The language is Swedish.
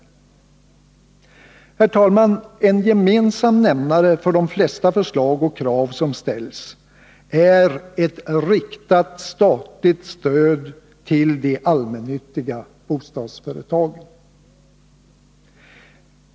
Herr talman! En gemensam nämnare för de flesta förslag och krav som ställs är ett riktat statligt stöd till de allmännyttiga bostadsföretagen.